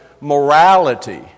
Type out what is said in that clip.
morality